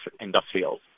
industrial